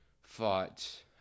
fought